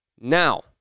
Now